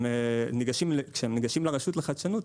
כשהם ניגשים לרשות לחדשנות,